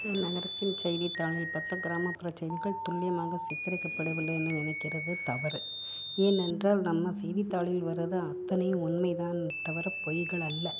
நகரத்தின் செய்தித்தாளில் பார்த்தா கிராமப்புற செய்திகள் துல்லியமாக சித்தரிக்கப்படவில்லை என நினைக்கிறது தவறு ஏன் என்றால் நம்ம செய்தித்தாளில் வர்றது அத்தனையும் உண்மைதான் தவிர பொய்கள் அல்ல